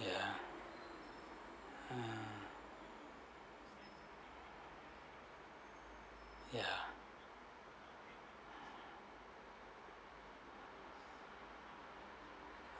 ya mm ya